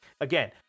again